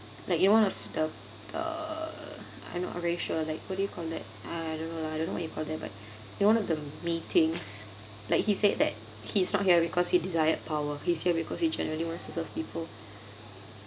like in one of the the I'm not very sure like what do you call that uh I don't know lah I don't know what you call that but in one of the meetings like he said that he's not here because he desired power he's here because he genuinely wants to serve people